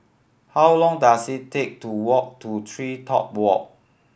how long does it take to walk to TreeTop Walk